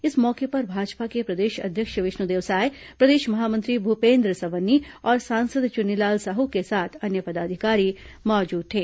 इस मौके पर भाजपा के प्रदेश अध्यक्ष विष्णुदेव साय प्रदेश महामंत्री भूपेन्द्र सवन्नी और सांसद चुन्नीलाल साहू के साथ अन्य पदाधिकारी मौजूद थे